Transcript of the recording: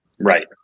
Right